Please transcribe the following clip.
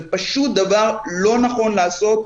זה פשוט דבר שלא נכון לעשות אותו,